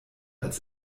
als